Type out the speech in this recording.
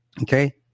Okay